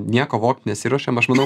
nieko vogt nesiruošiam aš manau